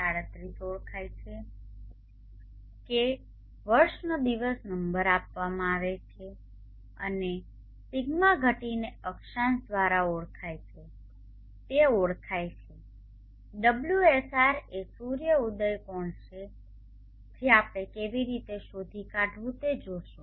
37 ઓળખાય છે કે વર્ષનો દિવસ નંબર આપવામાં આવે છે અને δ ઘટીને અક્ષાંશ દ્વારા ઓળખાય છે તે ઓળખાય છે ωSR એ સૂર્ય ઉદય કોણ છે જે આપણે કેવી રીતે શોધી કાઢવું તે જોશું